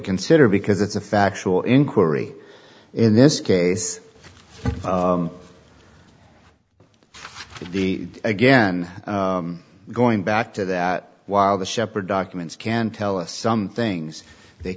consider because it's a factual inquiry in this case the again going back to that while the sheppard documents can tell us some things they